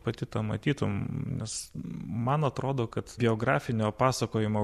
pati tą matytum nes man atrodo kad biografinio pasakojimo